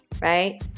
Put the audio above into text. right